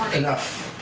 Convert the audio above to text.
enough.